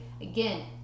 Again